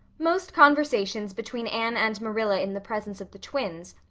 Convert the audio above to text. most conversations between anne and marilla in the presence of the twins,